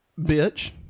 bitch